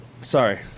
Sorry